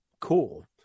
Cool